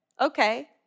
okay